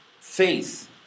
faith